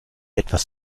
etwas